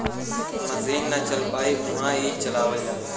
मसीन ना चल पाई उहा ई चलावल जाला